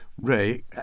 Ray